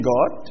God